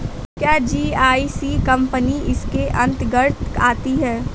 क्या GIC company इसके अन्तर्गत आती है?